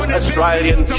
Australian